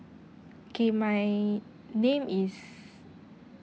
okay my name is